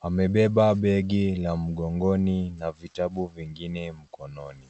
Amebeba begi la mgongoni na vitabu vingine mkononi.